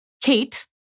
Kate